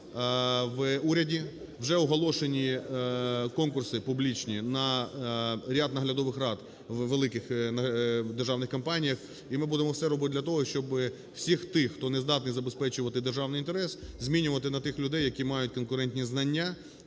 вже оголошені конкурси публічні на ряд наглядових рад у великих державних компаніях. І ми будемо все робити для того, щоб всіх тих, хто не здатний забезпечувати державний інтерес, змінювати на тих людей, які мають конкурентні знання